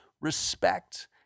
respect